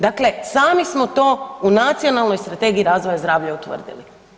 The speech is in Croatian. Dakle, sami smo to u Nacionalnoj strategiji razvoja zdravlja utvrdili.